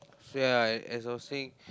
so ya as I was saying